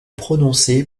prononcée